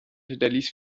hinterließ